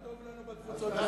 אמרת: טוב לנו, חבר הכנסת גילאון.